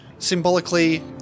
Symbolically